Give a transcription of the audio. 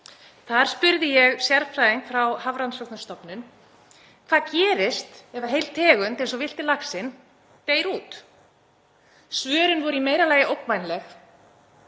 Þar spurði ég sérfræðing frá Hafrannsóknastofnun: Hvað gerist ef heil tegund eins og villti laxinn deyr út? Svörin voru í meira lagi ógnvænleg.